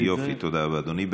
יופי, תודה רבה, אדוני.